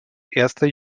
erster